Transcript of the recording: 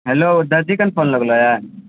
hello दरजीके phone लगलैए